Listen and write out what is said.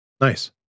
Nice